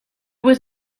was